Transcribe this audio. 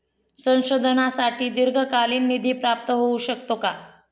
संशोधनासाठी दीर्घकालीन निधी प्राप्त होऊ शकतो का?